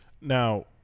Now